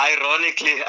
Ironically